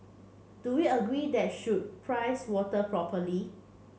do we agree that should price water properly